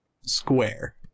square